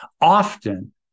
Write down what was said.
often